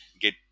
get